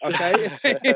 Okay